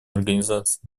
организации